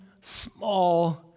small